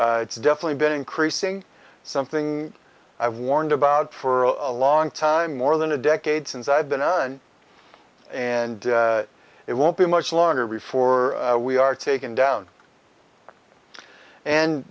it's definitely been increasing something i've warned about for a long time more than a decade since i've been on and it won't be much longer before we are taken down and